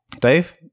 Dave